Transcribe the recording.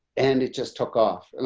and it just took off. and